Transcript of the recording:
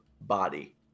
body